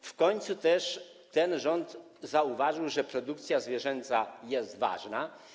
W końcu też ten rząd zauważył, że produkcja zwierzęca jest ważna.